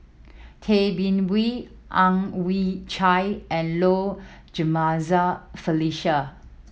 Tay Bin Wee Ang Chwee Chai and Low Jimenez Felicia